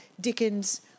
Dickens